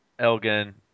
Elgin